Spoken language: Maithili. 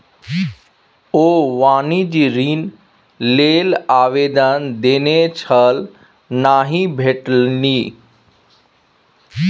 ओ वाणिज्यिक ऋण लेल आवेदन देने छल नहि भेटलनि